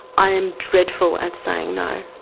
i am dreadful at saying no.